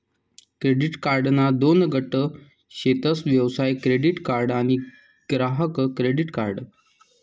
credit कार्डना दोन गट शेतस व्यवसाय क्रेडीट कार्ड आणि ग्राहक क्रेडीट कार्ड